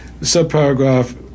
subparagraph